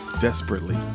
desperately